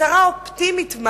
הצהרה אופטימית,